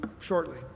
shortly